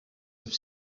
have